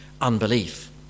unbelief